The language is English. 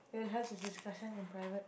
we'll have this discussion in private